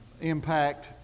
impact